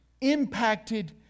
impacted